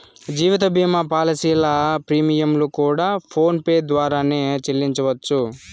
జీవిత భీమా పాలసీల ప్రీమియంలు కూడా ఫోన్ పే ద్వారానే సెల్లించవచ్చు